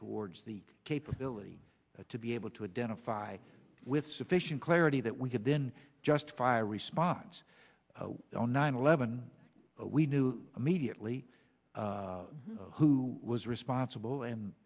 towards the capability to be able to identify with sufficient clarity that we could then justify response on nine eleven we knew immediately who was responsible and